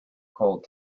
cold